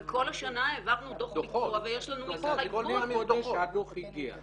אבל כל השנה העברנו דוח ביצוע ויש לנו ----- שהדוח הגיע.